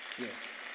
Yes